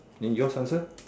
and yours answer